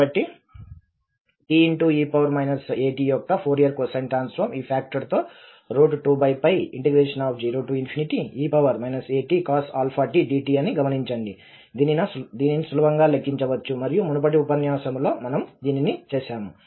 కాబట్టి te at యొక్క Fourier cosine transform e factor తో 2∫0 e atcos⁡αtdt అని గమనించండి దీనిని సులభంగా లెక్కించవచ్చు మరియు మునుపటి సమస్యలలో మనము దీనిని చేసాము